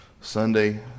Sunday